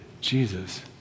Jesus